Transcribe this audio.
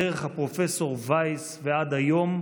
דרך פרופ' וייס ועד היום,